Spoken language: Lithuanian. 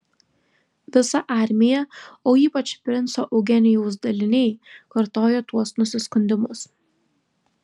visa armija o ypač princo eugenijaus daliniai kartojo tuos nusiskundimus